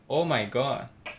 oh my god